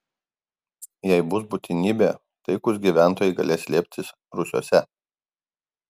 jei bus būtinybė taikūs gyventojai galės slėptis rūsiuose